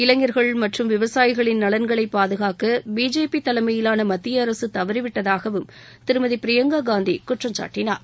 இளைஞர்கள் மற்றும் விவசாயிகளின் நலன்களை பாதுகாக்க பிஜேபி தலைமையிலான மத்திய அரசு தவறிவிட்டதாகவும் திருமதி பிரியங்கா காந்தி குற்றம் சாட்டினார்